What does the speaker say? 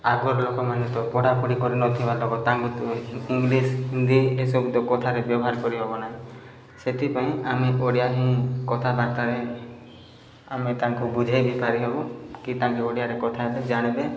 ଆଗର ଲୋକମାନେ ତ ପଢ଼ାପଢ଼ି କରି ନଥିବା ଲୋକ ତାଙ୍କୁ ଇଂଲିଶ୍ ହିନ୍ଦୀ ଏସବୁ ତ କଥାରେ ବ୍ୟବହାର କରିହବ ନାହିଁ ସେଥିପାଇଁ ଆମେ ଓଡ଼ିଆ ହିଁ କଥାବାର୍ତ୍ତାରେ ଆମେ ତାଙ୍କୁ ବୁଝେଇ ବି ପାରିହବୁ କି ତାଙ୍କେ ଓଡ଼ିଆରେ କଥାବାର୍ତ୍ତା ଜାଣିବେ